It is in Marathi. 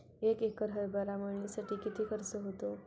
एक एकर हरभरा मळणीसाठी किती खर्च होतो?